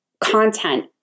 content